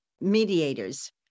mediators